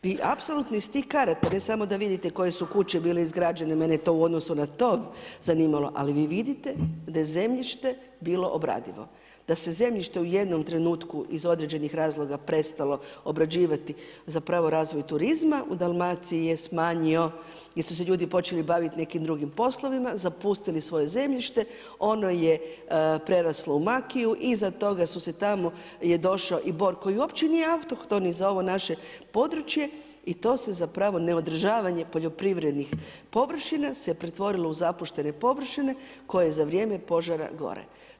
Vi apsolutno iz tih karata ne samo da vidite koje su kuće bile izgrađene, mene to u odnosu na to zanimalo ali vi vidite da je zemljište bilo obradivo, da se zemljište u jednom trenutku iz određenih razloga prestalo obrađivati zapravo razvoj turizma, u Dalmaciji je smanjio jer su se ljudi počeli baviti nekim drugim poslovima, zapustili svoje zemljište, ono je preraslo u makiju, iza toga su se tamo i došao bor koji uopće nije autohton i za ovo naše područje i to se zapravo neodržavanje poljoprivrednih površina se pretvorilo u zapuštene površine koje za vrijeme požara gore.